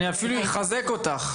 אני יחזק אותך,